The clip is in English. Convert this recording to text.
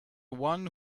one